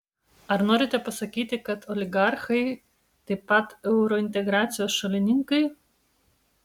ar norite pasakyti kad oligarchai taip pat eurointegracijos šalininkai